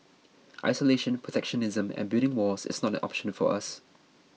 isolation protectionism and building walls is not an option for us